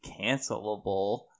cancelable